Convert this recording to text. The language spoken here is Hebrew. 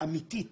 אמיתית